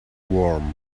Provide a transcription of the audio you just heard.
warm